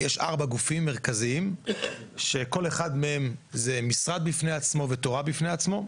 יש ארבעה גופים מרכזיים שכל אחד מהם זה משרד בפני עצמו ותורה בפני עצמו.